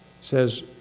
says